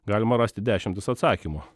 galima rasti dešimtis atsakymų